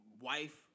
wife